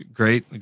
great